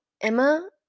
Emma